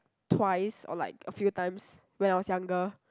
twice or like a few times when I was younger